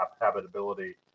habitability